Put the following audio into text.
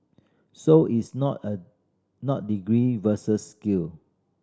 so it's not a not degree versus skill